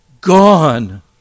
gone